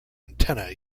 antenna